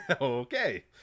Okay